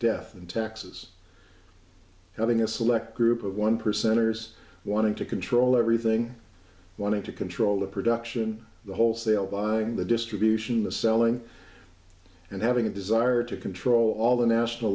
death and taxes having a select group of one percenters wanting to control everything wanting to control the production the wholesale buying the distribution the selling and having a desire to control all the national